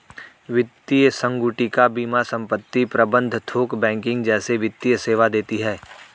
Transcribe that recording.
वित्तीय संगुटिका बीमा संपत्ति प्रबंध थोक बैंकिंग जैसे वित्तीय सेवा देती हैं